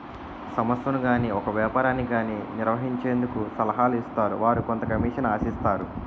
సంస్థను గాని ఒక వ్యాపారాన్ని గాని నిర్వహించేందుకు సలహాలు ఇస్తారు వారు కొంత కమిషన్ ఆశిస్తారు